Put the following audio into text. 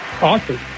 Awesome